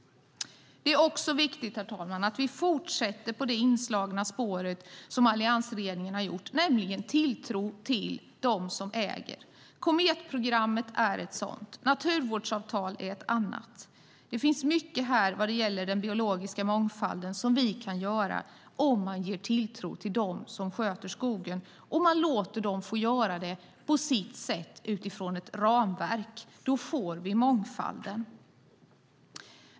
Det är också viktigt, herr talman, att vi fortsätter på det inslagna spåret, som alliansregeringen har gjort. Det handlar om tilltro till dem som äger. Kometprogrammet är en del. Naturvårdsavtal är en annan. Det finns mycket vad gäller den biologiska mångfalden som vi kan göra om man ger tilltro till dem som sköter skogen och låter dem göra det på sitt sätt utifrån ett ramverk. Då får vi mångfalden.